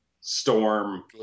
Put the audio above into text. storm